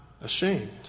ashamed